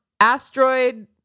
asteroid